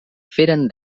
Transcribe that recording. feren